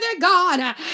God